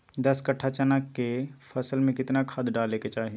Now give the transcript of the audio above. दस कट्ठा चना के फसल में कितना खाद डालें के चाहि?